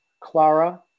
Clara